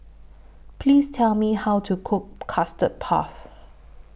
Please Tell Me How to Cook Custard Puff